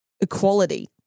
equality